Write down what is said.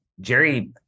jerry